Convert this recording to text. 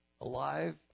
Alive